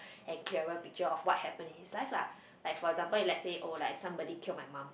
and clearer picture of what happen in his life lah like for example if let's say oh like somebody killed my mum